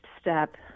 step